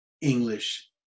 English